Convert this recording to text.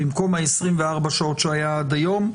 במקום ה-24 שעות הוא היה עד היום,